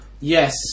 yes